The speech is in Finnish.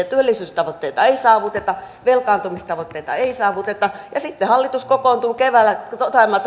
työllisyystavoitteita ei saavuteta velkaantumistavoitteita ei saavuteta ja sitten hallitus kokoontuu keväällä toteamaan että